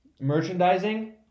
merchandising